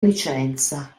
licenza